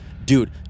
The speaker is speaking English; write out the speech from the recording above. dude